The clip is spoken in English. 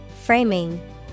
Framing